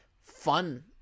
fun